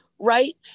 right